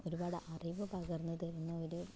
ഒരുപാട് അറിവ് പകർന്ന് തരുന്ന ഒരു